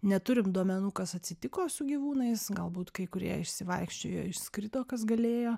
neturim duomenų kas atsitiko su gyvūnais galbūt kai kurie išsivaikščiojo išskrido kas galėjo